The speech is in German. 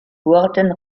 wurden